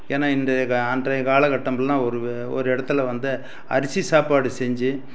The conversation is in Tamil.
ஏன்னால் இன்றைய கா அன்றைய காலக்கட்டமெலாம் ஒரு ஒரு இடத்துல வந்து அரிசி சாப்பாடு செஞ்சு